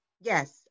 Yes